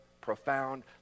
profound